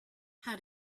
how